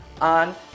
on